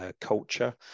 culture